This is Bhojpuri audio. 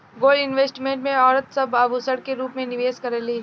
गोल्ड इन्वेस्टमेंट में औरत सब आभूषण के रूप में निवेश करेली